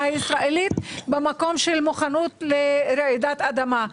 הישראלית מבחינת המוכנות לרעידת אדמה.